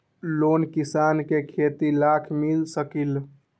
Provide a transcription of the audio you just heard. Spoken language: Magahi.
लोन किसान के खेती लाख मिल सकील?